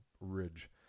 ridge